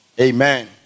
Amen